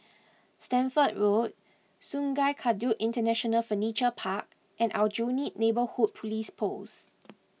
Stamford Road Sungei Kadut International Furniture Park and Aljunied Neighbourhood Police Post